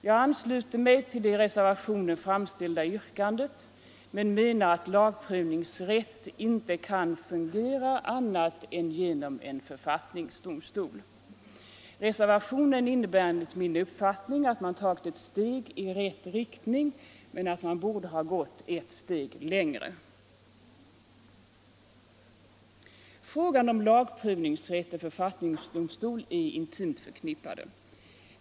Jag ansluter mig till det i reservationen framställda yrkandet men menar att lagprövningsrätt inte kan fungera annat än genom en författningsdomstol. Reservationen innebär enligt min uppfattning att man har tagit ett steg i rätt riktning men att man borde ha gått ett steg längre. Frågan om lagprövningsrätt och frågan om författningsdomstol är intimt förknippade.